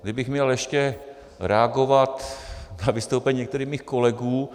Kdybych měl ještě reagovat na vystoupení některých svých kolegů.